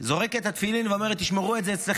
זורקת את התפילין ואומרת: תשמרו את זה אצלכם,